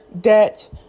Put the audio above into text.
debt